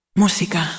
música